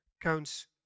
counts